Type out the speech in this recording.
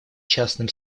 частным